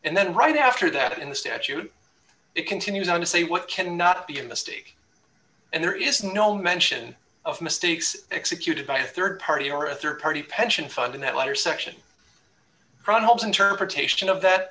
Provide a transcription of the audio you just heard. and then right after that in the statute it continues on to say what can not be a mistake and there is no mention of mistakes executed by a rd party or a rd party pension fund in that latter section holmes interpretation of that